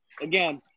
again